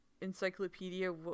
encyclopedia